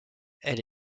elle